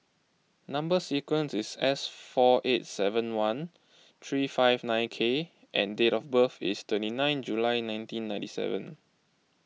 Number Sequence is S four eight seven one three five nine K and date of birth is twenty nine July nineteen ninety seven